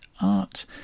Art